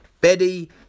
Betty